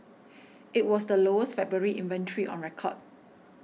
it was the lowest February inventory on record